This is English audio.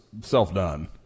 self-done